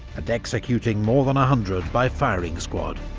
and executing more than a hundred by firing squad.